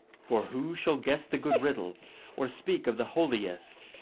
for who shall guess the good riddle or speak of the holiest,